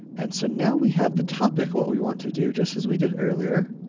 and so, now we have the topic, what we want to do, just as we did earlier,